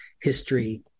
history